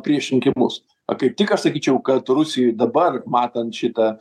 prieš rinkimus a kaip tik aš sakyčiau kad rusijoj dabar matant šitą